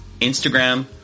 Instagram